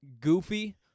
goofy